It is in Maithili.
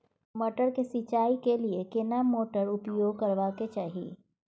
मटर के सिंचाई के लिये केना मोटर उपयोग करबा के चाही?